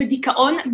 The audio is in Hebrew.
בדיכאון,